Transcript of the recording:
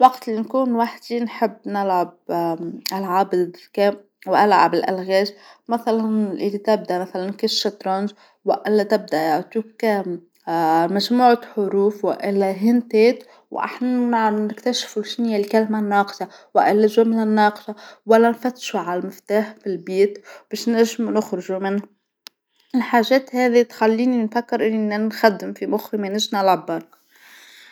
وقت اللى نكون وحدى نحب نلعب ألعاب الذكاء وألعاب الألغاز مسلا اى تبدا مسلا كشطرنج وإلا تبدأ اه يعطوك مجموعة حروف والهنتات وأحنا عم نكتشفوا شنيا الكلمة الناقصة ولا الجملة الناقصة ولا نفتشوا عن المفتاح في البيت باش نجمو نخرجو منه، الحاجات هاذي تخليني نفكر إني نخدم في مخي مانيش نلعب بركا.